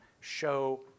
show